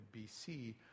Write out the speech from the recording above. bc